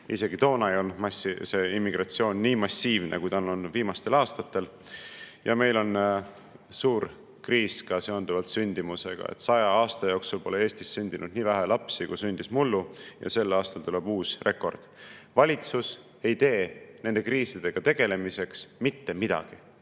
Isegi toona ei olnud immigratsioon nii massiivne, kui ta on olnud viimastel aastatel. Ja meil on suur kriis seonduvalt sündimusega. Saja aasta jooksul pole Eestis sündinud nii vähe lapsi, kui sündis mullu, ja sel aastal tuleb uus rekord. Valitsus ei tee nende kriisidega tegelemiseks mitte midagi.